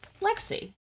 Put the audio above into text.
Lexi